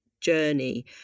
journey